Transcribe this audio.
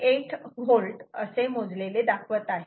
78 V असे मोजलेले दाखवत आहे